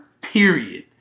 period